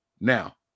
Now